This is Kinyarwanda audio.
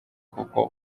kuko